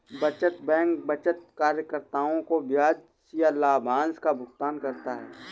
बचत बैंक बचतकर्ताओं को ब्याज या लाभांश का भुगतान करता है